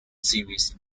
series